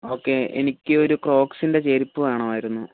okay എനിക്കൊരു ക്രോക്സിൻറ്റെ ചെരുപ്പ് വേണമായിരുന്നു